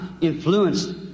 Influenced